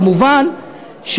כמובן,